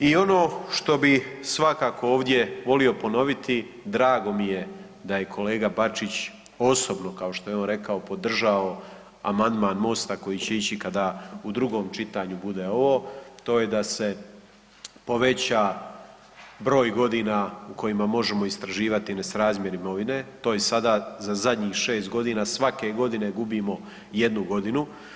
I ono što bi svakako ovdje volio ponoviti, drago mi je da je kolega Bačić osobno, kao što je on rekao podržao amandman Mosta koji će ići kada u drugom čitanju bude ovo, to je da se poveća broj godina u kojima možemo istraživati nesrazmjer imovine, to je sada za zadnjih 6 godina, svake godine gubimo jednu godinu.